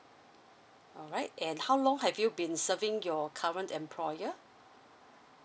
alright and how long have you been serving your current employer